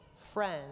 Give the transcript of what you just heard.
friend